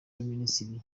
y’abaminisitiri